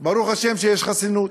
ברוך השם שיש חסינות.